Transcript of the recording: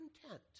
content